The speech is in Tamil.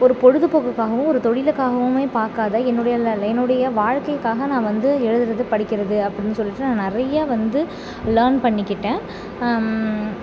ஒரு பொழுதுப்போக்குக்காகவும் ஒரு தொழிலுக்காகவுமே பார்க்காத என்னுடைய லெ லெ என்னுடைய வாழ்க்கைக்காக நான் வந்து எழுதுகிறது படிக்கிறது அப்படின்னு சொல்லிவிட்டு நான் நிறைய வந்து லேன் பண்ணிக்கிட்டேன்